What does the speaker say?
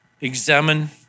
Examine